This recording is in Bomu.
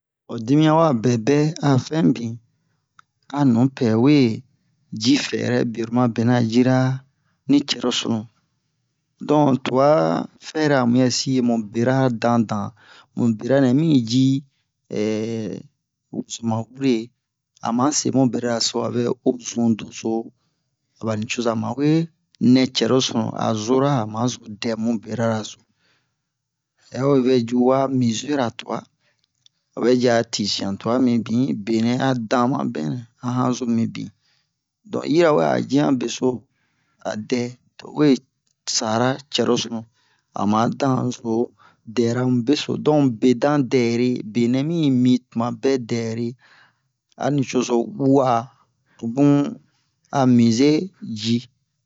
ho dimiyan wa bɛbɛ a fɛn bin a nupɛ wee ji fɛrɛ bero ma bena a jira ni cɛro sunu donk twa fɛrɛ a muyɛsi mu bera nɛ mi ji wozoma wure ama semu berara so a vɛ o zun doso aɓa nucozo ma wee nɛ cɛrosunu a zora ama zo dɛ mu berara so hɛ o yi bɛ ju a mizera twa o vɛ ji a tinsiyan twa mibin benɛ a dan ma benɛ a han zo mibin donk yirawe a o ji han beso a dɛ to o wee sara cɛrosunu ama dan zo dɛra mun beso donk bedan dɛre benɛ mimi tumabɛ dɛre a nucozo wu'a ho bun a mize ji